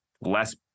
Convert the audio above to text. less